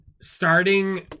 starting